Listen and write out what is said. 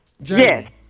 Yes